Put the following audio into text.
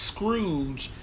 Scrooge